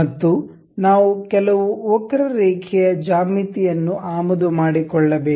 ಮತ್ತು ನಾವು ಕೆಲವು ವಕ್ರರೇಖೆಯ ಜ್ಯಾಮಿತಿ ಯನ್ನು ಆಮದು ಮಾಡಿಕೊಳ್ಳಬೇಕು